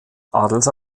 adels